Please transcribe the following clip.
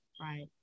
right